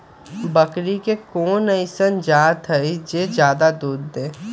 बकरी के कोन अइसन जात हई जे जादे दूध दे?